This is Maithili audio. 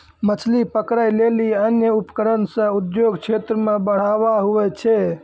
मछली पकड़ै लेली अन्य उपकरण से उद्योग क्षेत्र मे बढ़ावा हुवै छै